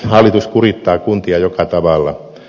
hallitus kurittaa kuntia joka tavalla